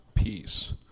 Peace